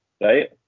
right